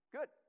Good